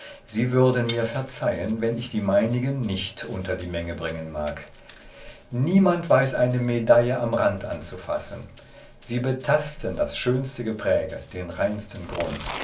sie würden mir verzeihen wenn ich die meinigen nicht unter die menge bringen mag niemand weiß eine medaille am rand anzufassen sie betasten das schönste gepräge den reinsten grund